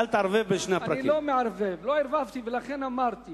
אני מבקש לא לנהל משא-ומתן באמצע